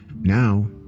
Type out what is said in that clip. Now